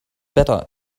better